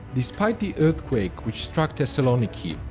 despite the earthquake which struck thessaloniki,